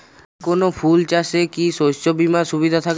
যেকোন ফুল চাষে কি শস্য বিমার সুবিধা থাকে?